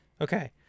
okay